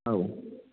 औ